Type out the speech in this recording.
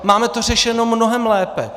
Máme to řešeno mnohem lépe.